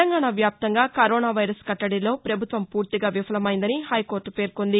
తెలంగాణ వ్యాప్తంగా corona virus కట్టడిలో పభుత్వం పూర్తిగా విఫలమైందని హైకోర్ట పేర్కొంది